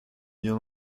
bien